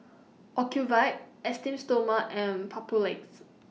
Ocuvite Esteem Stoma and Papulex